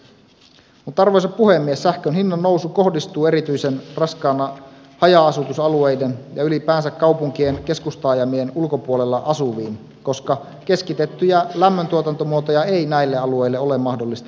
mutta arvoisa puhemies sähkön hinnannousu kohdistuu erityisen raskaana haja asutusalueiden ja ylipäänsä kaupunkien keskustaajamien ulkopuolella asuviin koska keskitettyjä lämmöntuotantomuotoja ei näille alueille ole mahdollista ulottaa